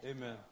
Amen